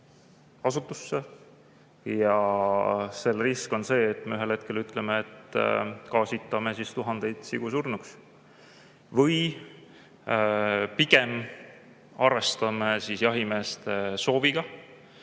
ja seal on risk see, et me ühel hetkel ütleme, et gaasitame tuhandeid sigu surnuks – või pigem arvestame jahimeeste sooviga,